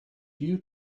due